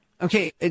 Okay